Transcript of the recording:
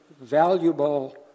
valuable